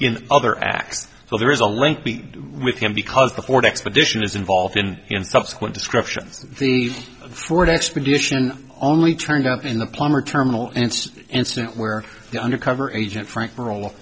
in other acts so there is a link be with him because the ford expedition is involved in subsequent descriptions of the ford expedition only turned up in the plumber terminal and incident where the undercover agent frank